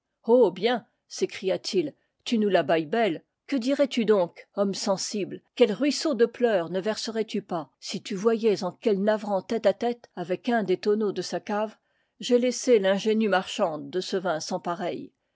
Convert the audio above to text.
oh bien s'écria-t-il tu nous la bailles belle que dirais-tu donc homme sensible quels ruisseaux de pleurs ne verserais tu pas si tu voyais en quel navrant tête-à-tête avec un des tonneaux de sa cave j'ai laissé l'ingénue mar chande de ce vin sans pareil